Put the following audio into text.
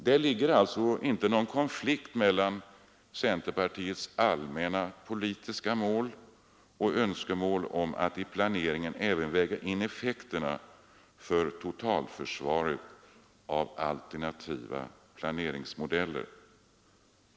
Det föreligger alltså inte någon konflikt mellan centerpartiets allmänna politiska mål och önskemålet att i planeringen även väga in effekterna för totalförsvaret av alternativa planeringsmodeller.